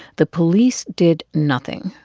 the police did nothing,